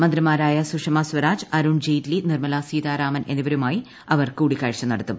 മന്ത്രി മാരായ സുഷമ സ്വരാജ് അരുൺ ജെയ്റ്റ്ലി നിർമ്മല സീതാരാ മൻ എന്നിവരുമായി അവർ കൂടിക്കാഴ്ച നടത്തും